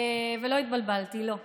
ולא התבלבלתי, לא.